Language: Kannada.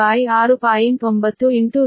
9 KV